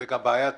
זו גם בעיה טכנית.